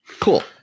Cool